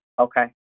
Okay